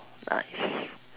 nice